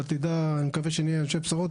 אני מקווה שנהיה אנשי בשורות.